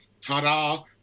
Ta-da